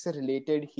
related